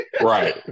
right